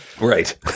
right